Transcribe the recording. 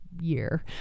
year